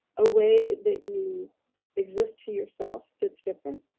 a way that you exist to yourself that's different?